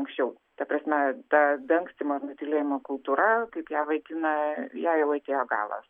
anksčiau ta prasme tas dangstymo nutylėjimo kultūra kaip ją vaikiną jai jau atėjo galas